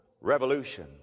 revolution